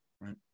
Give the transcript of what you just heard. Right